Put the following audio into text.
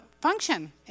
function